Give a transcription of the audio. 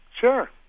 Sure